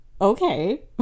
okay